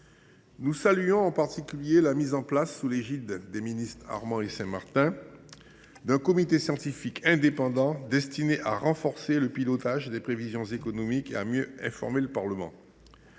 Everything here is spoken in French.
Nous saluons en particulier la mise en place, sous l’égide des ministres Antoine Armand et Laurent Saint Martin, d’un comité scientifique indépendant destiné à renforcer le pilotage des prévisions économiques et à mieux informer le Parlement.